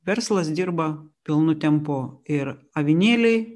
verslas dirba pilnu tempu ir avinėliai